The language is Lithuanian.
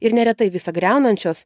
ir neretai visa griaunančios